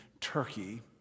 Turkey